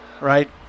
right